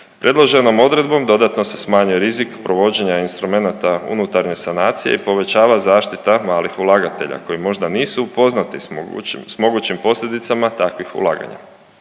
Predloženom odredbom dodatno se smanjuje rizik provođenja instrumenata unutarnje sanacije i povećava zaštita malih ulagatelja koji možda nisu upoznati s mogućim posljedicama takvih ulaganja.